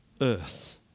earth